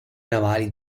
navali